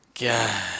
God